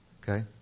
Okay